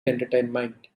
entertainment